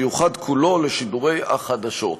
שייוחד כולו לשידורי החדשות,